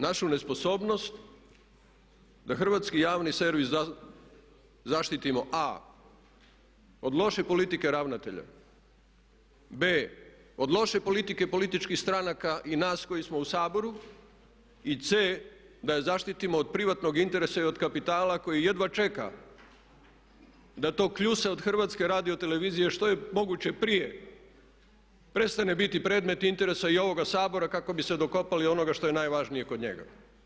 Našu nesposobnost da hrvatski javni servis zaštitimo a) od loše politike ravnatelja, b) od loše politike političkih stranaka i nas koji smo u Saboru i c) da je zaštitimo od privatnog interesa i od kapitala koji jedva čeka da to kljuse od Hrvatske radiotelevizije što je moguće prije prestane biti predmet interesa i ovoga Sabora kako bi se dokopali onoga što je najvažnije kod njega.